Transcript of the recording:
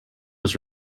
was